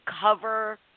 cover